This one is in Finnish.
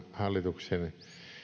hallituksen